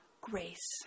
grace